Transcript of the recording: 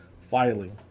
filing